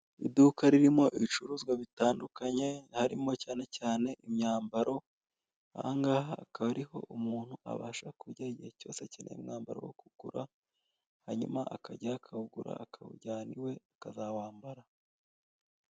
Iduka ririmo ibicuruzwa bitandukanye, harimo cyane cyane imyambaro, ahangaha akaba ari ho umuntu abasha kujya igihe cyose akeneye umwambaro wo kugura, hanyuma akajyayo akawugura, akawujyana iwe, akazawambara.